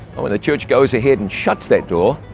well, when the church goes ahead and shuts that door,